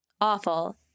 Awful